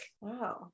Wow